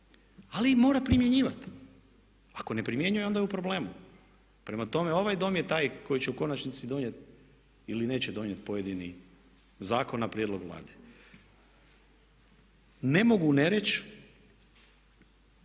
Ali mora primjenjivati. Ako ne primjenjuje onda je u problemu. Prema tome, ovaj Dom je taj koji će u konačnici donijeti ili neće donijeti pojedini zakon na prijedlog Vlade. Ne mogu ne reći